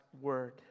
word